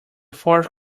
fourth